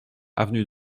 avenue